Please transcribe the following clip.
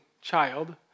child